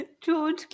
George